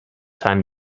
time